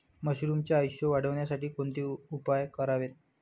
मशरुमचे आयुष्य वाढवण्यासाठी कोणते उपाय करावेत?